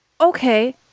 Okay